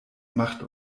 macht